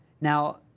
Now